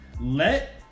let